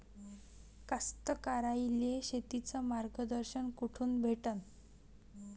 कास्तकाराइले शेतीचं मार्गदर्शन कुठून भेटन?